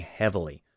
heavily